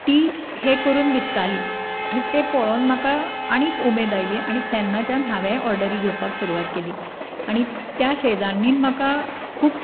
ती हें करून विकताली आनीक ते पळोवन म्हाका आनीक उमेद आयली आनी तेन्नाच्यान हांवेंय ऑर्डरी घेवपाक सुरवात केली आनी त्या शेजान्नीन म्हाका खूब